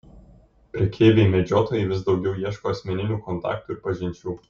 prekeiviai medžiotojai vis daugiau ieško asmeninių kontaktų ir pažinčių